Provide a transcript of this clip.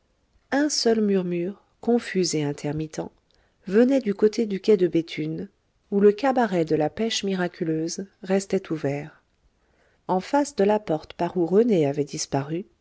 un seul murmure confus et intermittent venait du côté du quai de béthune où le cabaret de la pêche miraculeuse restait ouvert en face de la porte par où rené avait disparu